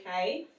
okay